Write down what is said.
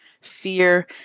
fear